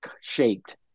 shaped